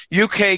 UK